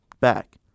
back